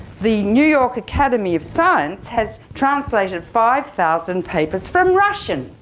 the new york academy of science has translated five thousand papers from russian!